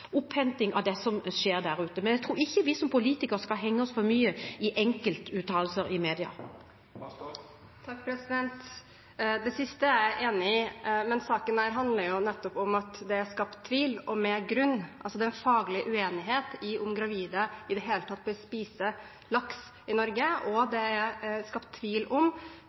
av det som skjer der ute. Men jeg tror ikke vi som politikere skal henge oss for mye opp i enkeltuttalelser i media. Det siste er jeg enig i, men denne saken handler jo nettopp om at det er skapt tvil, og med grunn. Det er faglig uenighet om hvorvidt gravide i det hele tatt bør spise laks i Norge, og det er skapt tvil om